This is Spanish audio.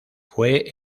fue